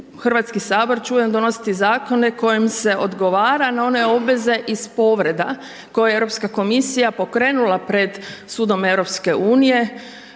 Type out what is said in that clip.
Hrvatski sabor će donositi zakone kojima se odgovara na one obveze iz povreda koje je Europska komisija pokrenula pred sudom EU-a u